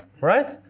right